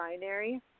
binary